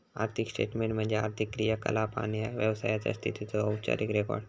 आर्थिक स्टेटमेन्ट म्हणजे आर्थिक क्रियाकलाप आणि व्यवसायाचा स्थितीचो औपचारिक रेकॉर्ड